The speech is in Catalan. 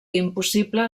impossible